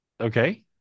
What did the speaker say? okay